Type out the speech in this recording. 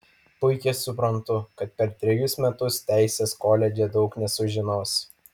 puikiai suprantu kad per trejus metus teisės koledže daug nesužinosi